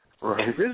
Right